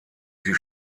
sie